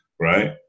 right